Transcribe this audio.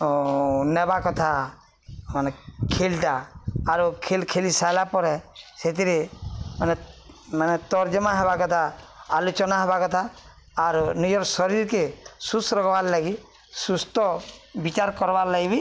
ନେବା କଥା ମାନେ ଖେଲ୍ଟା ଆରୁ ଖେଲ୍ ଖେଲି ସାର୍ଲା ପରେ ସେଥିରେ ମାନେ ମାନେ ତର୍ଜମା ହେବା କଥା ଆଲୋଚନା ହେବା କଥା ଆରୁ ନିଜର୍ ଶରୀର୍କେ ସୁସ୍ଥ୍ ରଖ୍ବାର୍ ଲାଗି ସୁସ୍ଥ ବିଚାର୍ କର୍ବାର୍ ଲାଗି